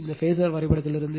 இந்த ஃபேசர் வரைபடத்திலிருந்து